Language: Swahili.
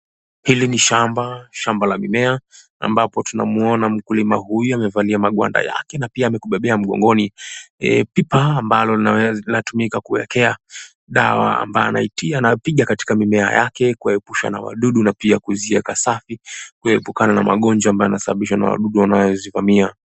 Hili ni shamba, shamba la mimea ambapo tunamuona mkulima huyu amevalia magwanda yake na pia kubebea mgongoni pipa ambalo linatumika kuwekea dawa ambaye anaitia anapiga katika mimea yake kuepusha na wadudu na pia kuziweka safi keupukana na magonjwa ambayo yanasababishwa na wadudu wanaozikwamia.